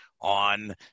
on